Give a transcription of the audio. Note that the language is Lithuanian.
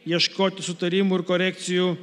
ieškot sutarimų ir korekcijų